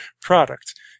product